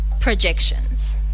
projections